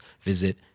visit